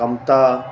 कमता